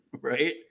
Right